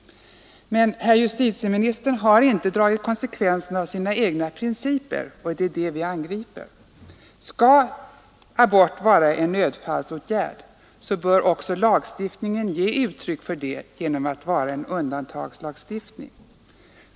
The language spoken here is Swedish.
Men herr justitieministern har inte dragit konsekvensen av sina egna principer, och det är det vi angriper. Skall abort vara en nödfallsåtgärd, bör också lagstiftningen ge uttryck för det genom att vara en undantagslagstiftning.